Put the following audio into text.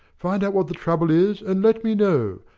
find out what the trouble is and let me know.